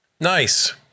Nice